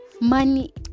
Money